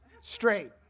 straight